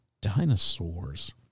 dinosaurs